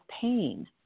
pain